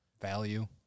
value